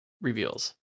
reveals